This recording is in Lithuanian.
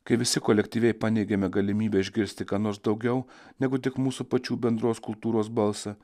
kai visi kolektyviai paneigėme galimybę išgirsti ką nors daugiau negu tik mūsų pačių bendros kultūros balsą